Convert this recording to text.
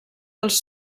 els